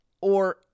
Or-